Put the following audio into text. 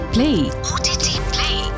Play